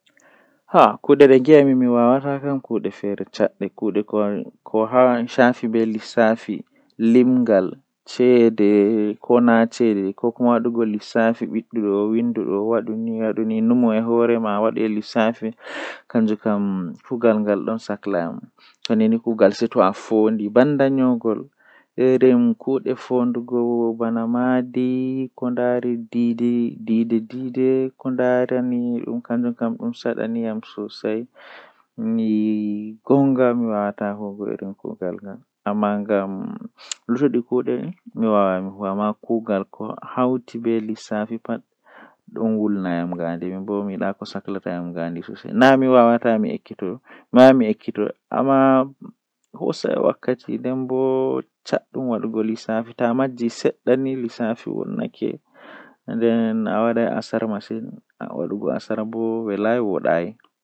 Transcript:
Ah ko buri welugo am wakkati mi bingel kanjum woni wakkati mi yahata jangirde be sobiraabe am, Ko wadi weli am bo ngam wakkati man midon wondi be sobiraabe am min yahan mi fijo min yaha jangirde tomin ummi min wartida be mabbe wakkati man don wela mi masin.